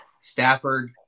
Stafford